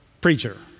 preacher